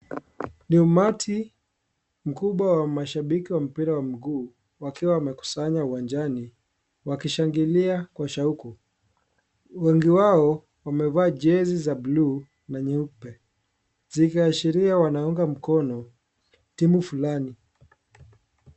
Ni umati mkubwa wa mashabiki wa mpira wa mguu wakiwa wamekusanya uwanjani. Wakishangilia kwa shauku. Wengi wao wamevaa jezi za bluu na nyeupe. Zikiashiria wanaunga mkono timu fulani.